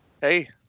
Hey